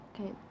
Okay